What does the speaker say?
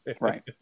right